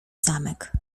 zamek